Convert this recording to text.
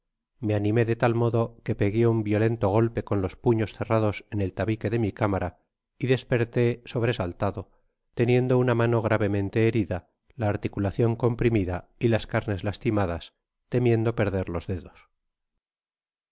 me animé de tal modo que pegué un violento golpe con los puños cerrados en el tabique de mi cámara y desperté sobresaltado teniendo una mano gravemente herida la articulacion comprimida y las carnes lastimadas temiendo perder dos dedos